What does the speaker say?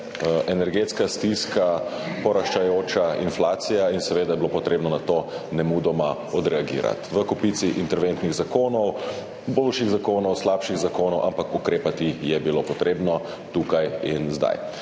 energetska stiska, naraščajoča inflacija. Seveda je bilo treba na to nemudoma odreagirati s kopico interventnih zakonov, boljših zakonov, slabših zakonov, ampak ukrepati je bilo treba tukaj in zdaj.